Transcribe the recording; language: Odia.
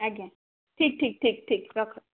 ଆଜ୍ଞା ଠିକ୍ ଠିକ୍ ଠିକ୍ ଠିକ୍ ରଖ